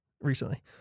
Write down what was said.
recently